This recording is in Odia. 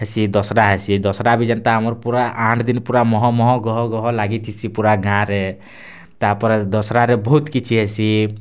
ହେସି ଦଶ୍ରା ହେସି ଦଶ୍ରା ବି ଯେନ୍ତା ଆମର୍ ପୁରା ଆଠ୍ ଦିନ୍ ପୁରା ମହଁମହଁ ଗହଁଗହଁ ଲାଗିଥିସି ପୁରା ଗାଁ'ରେ ତା'ର୍ପରେ ଦଶ୍ରାରେ ବହୁତ୍ କିଛି ହେସି